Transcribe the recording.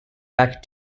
back